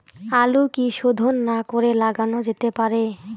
আলু কি শোধন না করে লাগানো যেতে পারে?